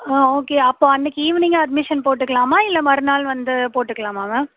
ஆ okay அப்போ அன்னக்கு ஈவினிங்கே அட்மிஷன் போட்டுக்கலாமா இல்லை மறுநாள் வந்து போட்டுக்கலாமா மேம்